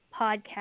podcast